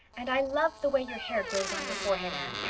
and i love the way your hair grows on your forehead, anne.